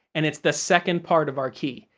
and it's the second part of our key.